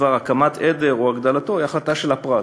בדבר הקמת עדר או הגדלתו היא החלטה של הפרט.